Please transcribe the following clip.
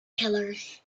killers